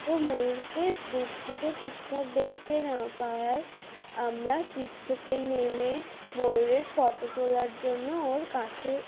তো ময়ূরকে দূর থেকে ঠিক ঠাক দেখতে না পাওয়াই আমরা চিপ থেকে নেমে ময়ূরের ফটো তোলার জন্য ওর কাছে